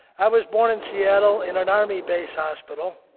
i was born in seattle in an army base hospital.